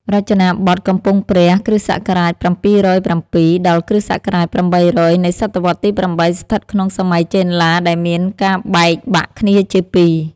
រចនាបថកំពង់ព្រះ គ.ស.៧០៧ ដល់គ.ស. ៨០០ នៃ សតវត្សទី៨ ស្ថិតក្នុងសម័យចេនឡាដែលមានការបែក បាក់គ្នាជាពីរ។